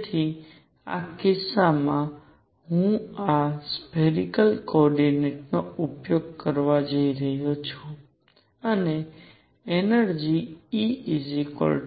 તેથી આ કિસ્સામાં હું આ સ્ફેરિકલ કોઓર્ડિનેટ નો ઉપયોગ કરવા જઈ રહ્યો છું અને એનર્જિ E